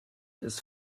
ist